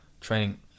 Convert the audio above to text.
training